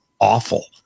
awful